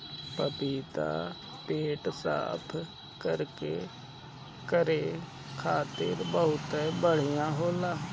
पपीता पेट साफ़ करे खातिर बहुते बढ़िया होला